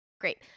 Great